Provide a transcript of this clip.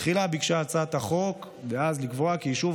תחילה ביקשה הצעת החוק דאז לקבוע כי יישוב